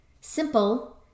Simple